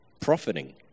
Profiting